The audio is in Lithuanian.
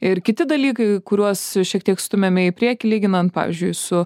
ir kiti dalykai kuriuos šiek tiek stumiame į priekį lyginant pavyzdžiui su